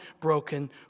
broken